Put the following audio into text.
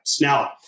Now